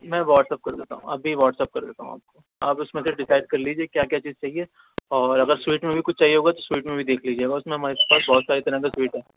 میں WhatsApp کر دیتا ہوں ابھی واٹس ایپ کر دیتا ہوں آپ کو آپ اس میں سے ڈسائڈ کر لیجیے کیا کیا چیز چاہیے اور اگر سوئٹ میں بھی کچھ چاہیے ہوگا تو سوئٹ میں بھی دیکھ لیجیے گا اس میں ہمارے پاس بہت ساری طرح کے سوئٹ ہیں